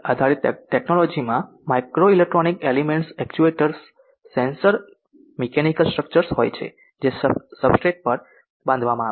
આધારિત ટેક્નોલોજીમાં micro electronic elements actuators sensor mechanical structures હોય છે જે સબસ્ટ્રેટ પર બાંધવામાં આવે છે